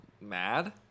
mad